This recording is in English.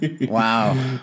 Wow